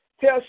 tell